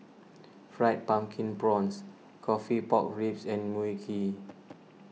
Fried Pumpkin Prawns Coffee Pork Ribs and Mui Kee